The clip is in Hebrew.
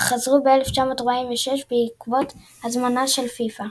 אך חזרו ב-1946 בעקבות הזמנה של פיפ"א.